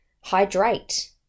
Hydrate